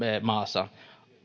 maassa